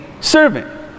servant